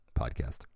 podcast